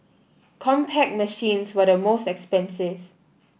Compaq machines were the most expensive